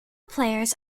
players